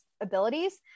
abilities